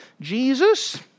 Jesus